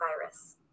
virus